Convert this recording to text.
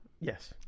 Yes